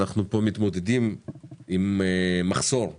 אנחנו פה מתמודדים עם מחסור בדירות,